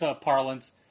parlance